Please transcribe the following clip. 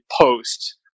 post